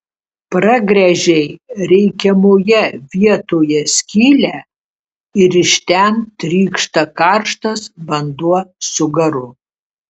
pragręžei reikiamoje vietoje skylę ir iš ten trykšta karštas vanduo su garu